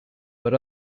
but